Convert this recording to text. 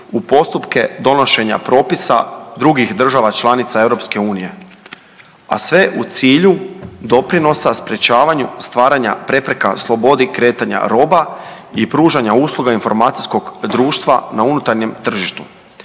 u postupke donošenja propisa drugih država članica EU, a sve u cilju doprinosa sprječavanju stvaranja prepreka slobodi kretanja roba i pružanja usluga informacijskog društva na unutarnjem tržištu,